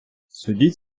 судіть